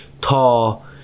tall